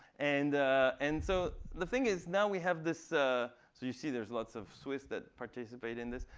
and and so the thing is now we have this ah so you see there's lots of swiss that participate in this.